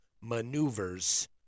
maneuvers